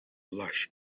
lush